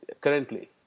currently